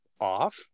off